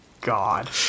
God